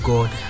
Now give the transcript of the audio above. God